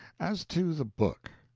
as to the book.